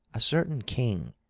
a certain king,